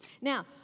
Now